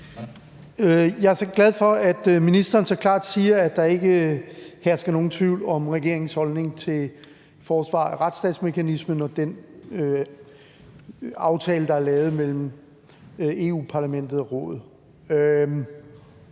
Jeg er så glad for, at ministeren så klart siger, at der ikke hersker nogen tvivl om regeringens holdning til forsvaret af retsstatsmekanismen og den aftale, der er lavet mellem Europa-Parlamentet og Rådet.